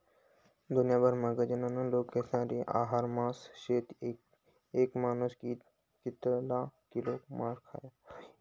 दुन्याभरमा गनज लोकेस्ना आहार मासा शेतस, येक मानूस कितला किलो मासा खास व्हयी?